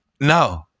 no